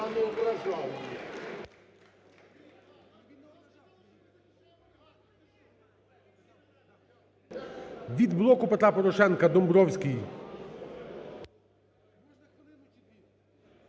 Від "Блоку Петра Порошенка" – Домбровський.